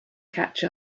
catch